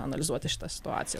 analizuoti šitą situaciją